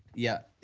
yeah.